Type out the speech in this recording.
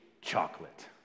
Chocolate